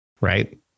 Right